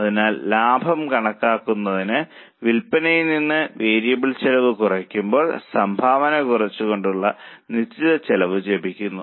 അതിനാൽ ലാഭം കണക്കാക്കുന്നതിന് വിൽപ്പനയിൽ നിന്ന് വേരിയബിൾ ചെലവ് കുറയ്ക്കുമ്പോൾ സംഭാവന കുറച്ചു കൊണ്ടുള്ള നിശ്ചിത ചെലവ് ലഭിക്കുന്നു